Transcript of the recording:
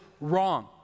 wrong